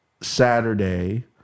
Saturday